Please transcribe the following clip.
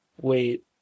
Wait